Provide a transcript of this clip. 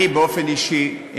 אני באופן אישי,